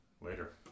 Later